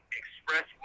express